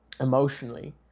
emotionally